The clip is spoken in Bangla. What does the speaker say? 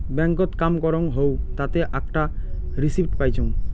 ব্যাংকত কাম করং হউ তাতে আকটা রিসিপ্ট পাইচুঙ